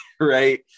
right